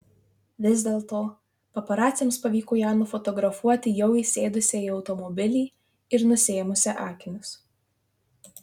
vis dėlto paparaciams pavyko ją nufotografuoti jau įsėdusią į automobilį ir nusiėmusią akinius